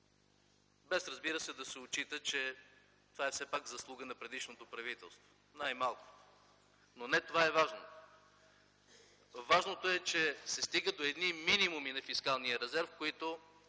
без разбира се да се отчита, че това е все пак заслуга на предишното правителство, най-малко. Но не това е най-важното. Важното е, че се стига до едни минимуми на фискалния резерв, които